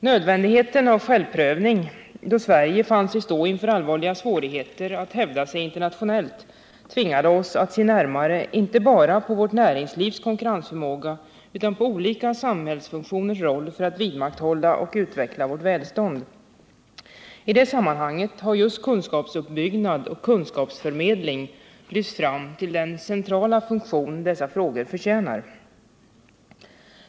Nödvändigheten av självprövning då Sverige fann sig stå inför allvarliga svårigheter att hävda sig internationellt tvingade oss att se närmare inte bara på vårt näringslivs konkurrensförmåga utan på olika samhällsfunktioners roll för att vidmakthålla och utveckla vårt välstånd. I det sammanhanget har just kunskapsuppbyggnad och kunskapsförmedling lyfts fram till den centrala funktion dessa frågor förtjänar.